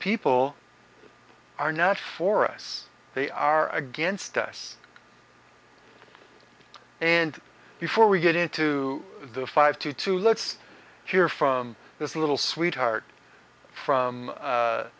people are national forests they are against us and before we get into the five two two let's hear from this little sweetheart from